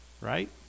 Right